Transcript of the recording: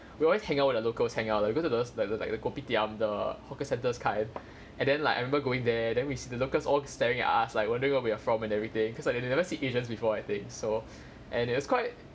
we always hang out where the locals hang out like you go to those like those like the kopitiam the hawker centres kind and then like I remember going there then we see the locals all staring at us like wondering where we are from and everything cause like they never see asians before I think so and it was quite